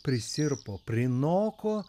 prisirpo prinoko